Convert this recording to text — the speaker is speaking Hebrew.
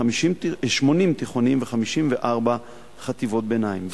80 תיכונים ו-54 חטיבות ביניים.